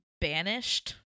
banished